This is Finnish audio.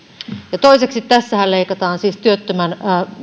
toiseksi tässähän leikataan siis työttömän